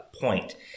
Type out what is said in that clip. point